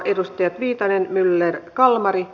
edustajat viitanen myller kalmari